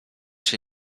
się